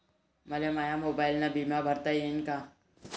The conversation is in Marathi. मले माया मोबाईलनं बिमा भरता येईन का?